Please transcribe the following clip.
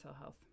health